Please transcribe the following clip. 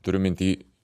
turiu minty